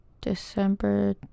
December